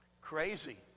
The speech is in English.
Crazy